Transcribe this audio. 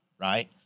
right